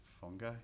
Fungi